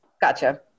gotcha